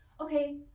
Okay